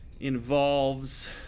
involves